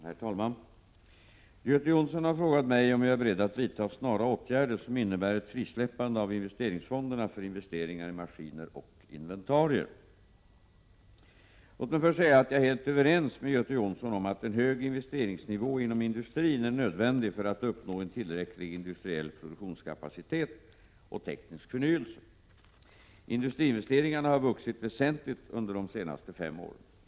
Herr talman! Göte Jonsson har frågat mig om jag är beredd att vidta snara åtgärder, som innebär ett frisläppande av investeringsfonderna för investeringar i maskiner och inventarier. Låt mig först säga att jag är helt överens med Göte Jonsson om att en hög investeringsnivå inom industrin är nödvändig för att uppnå en tillräcklig industriell produktionskapacitet och teknisk förnyelse. Industriinvesteringarna har vuxit väsentligt under de senaste fem åren.